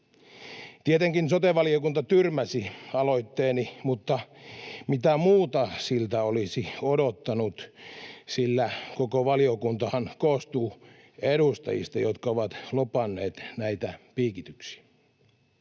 Tietenkin sote-valiokunta tyrmäsi aloitteeni, mutta mitä muuta siltä olisi odottanut, sillä koko valiokuntahan koostuu edustajista, jotka ovat lobanneet näitä piikityksiä.